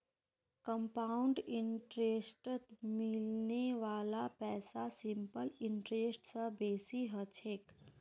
compound इंटरेस्टत मिलने वाला पैसा सिंपल इंटरेस्ट स बेसी ह छेक